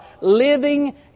living